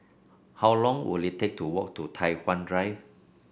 how long will it take to walk to Tai Hwan Drive